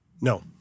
No